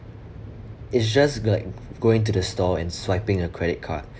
it's just like going to the store and swiping a credit card